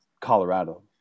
Colorado